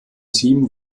team